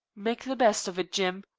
make the best of it, jim,